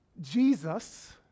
Jesus